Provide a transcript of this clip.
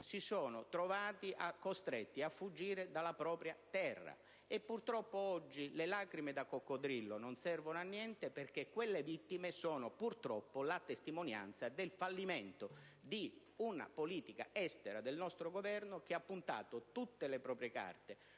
si sono trovati costretti a fuggire dalla propria terra. Purtroppo, oggi le lacrime da coccodrillo non servono a niente, perché quelle vittime sono purtroppo la testimonianza del fallimento di una politica estera del nostro Governo che ha puntato tutte le proprie carte